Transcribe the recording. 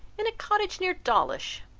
in a cottage near dawlish.